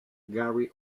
gary